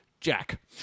Jack